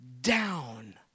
down